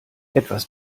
etwas